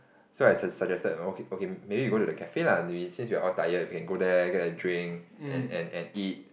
so I su~ suggested o~ okay maybe we go to the cafe lah we since we are all tired can go there get a drink and and and eat